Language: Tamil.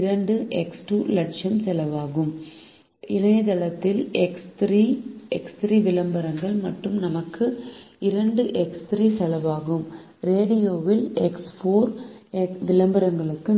2 லட்சம் செலவாகும் இணையதளத்தில் எக்ஸ் 3 விளம்பரங்கள் நமக்கு 2 எக்ஸ் 3 செலவாகும் ரேடியோவில் எக்ஸ் 4 விளம்பரங்கள் நமக்கு 1